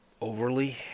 overly